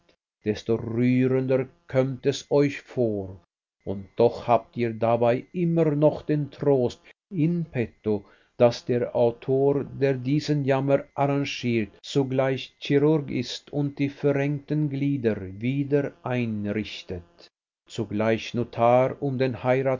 desto rührender kömmt es euch vor und doch habt ihr dabei immer noch den trost in petto daß der autor der diesen jammer arrangiert zugleich chirurg ist und die verrenkten glieder wieder einrichtet zugleich notar um den